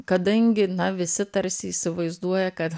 kadangi na visi tarsi įsivaizduoja kad